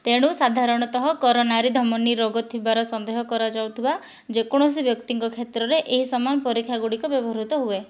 ତେଣୁ ସାଧାରଣତଃ କରୋନାରେ ଧମନୀ ରୋଗ ଥିବାର ସନ୍ଦେହ କରାଯାଉଥିବା ଯେକୌଣସି ବ୍ୟକ୍ତିଙ୍କ କ୍ଷେତ୍ରରେ ଏହି ସମାନ ପରୀକ୍ଷା ଗୁଡ଼ିକ ବ୍ୟବହୃତ ହୁଏ